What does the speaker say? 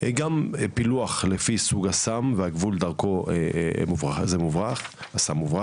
גם פילוח לפי סוג הסם והגבול דרכו הסם מוברח.